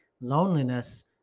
loneliness